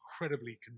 incredibly